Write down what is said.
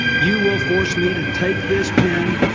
you will force me to take this pen,